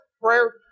Prayer